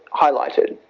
highlighted.